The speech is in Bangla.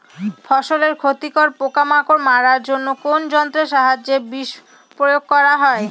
ফসলের ক্ষতিকর পোকামাকড় মারার জন্য কোন যন্ত্রের সাহায্যে বিষ প্রয়োগ করা হয়?